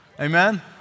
Amen